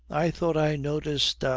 i thought i noticed